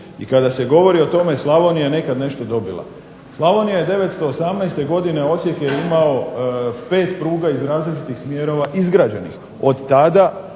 I kada se govori o tome Slavonije je nekad nešto dobila. Slavonije ja 918. godine, Osijek je imao 5 pruga iz različitih smjerova izgrađenih. Od tada